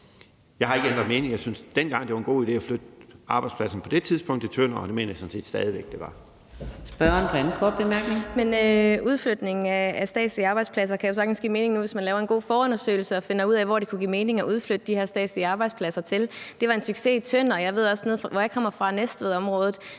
jeg har ikke ændret mening. Jeg syntes dengang, det var en god idé at flytte arbejdspladserne til Tønder, og det mener jeg sådan set stadig væk det var. Kl. 14:55 Fjerde næstformand (Karina Adsbøl): Spørgeren for den anden korte bemærkning. Kl. 14:55 Susie Jessen (DD): Men udflytningen af statslige arbejdspladser kan jo sagtens give mening nu, hvis man laver en god forundersøgelse og finder ud af, hvortil det kunne give mening at udflytte de her statslige arbejdspladser. Det var en succes i Tønder, og jeg ved også nede fra Næstvedområdet,